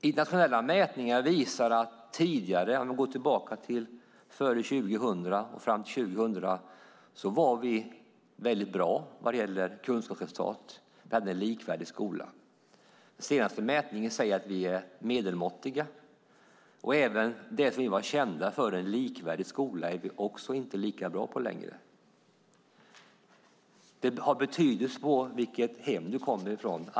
Internationella mätningar visar att fram till 2000 var vi väldigt bra vad gällde kunskapsresultat. Vi hade en likvärdig skola. Den senaste mätningen säger att vi är medelmåttiga. Och även det som vi var kända för, att ha en likvärdig skola, är vi inte heller lika bra på längre. Det har betydelse vilket hem du kommer ifrån.